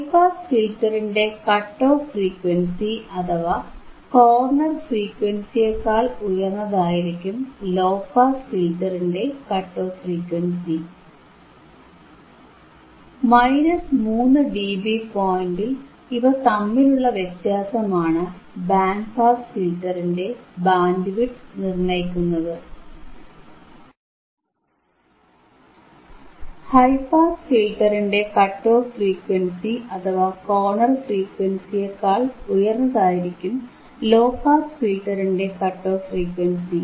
high pass ഫിൽറ്ററിന്റെ cut off frequency അഥവ corner ഫ്രീക്വൻസിയേക്കാൾ ഉയർന്നതായിരിക്കും ലോ പാസ് ഫിൽറ്ററിന്റെ കട്ട് ഓഫ് ഫ്രീക്വൻസി